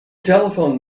telephoned